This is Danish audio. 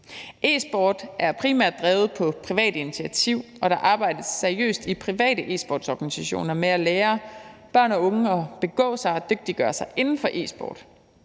E-sport er primært drevet på privat initiativ, og der arbejdes seriøst i private e-sportsorganisationer med at lære børn og unge at begå sig og dygtiggøre sig inden for e-sport.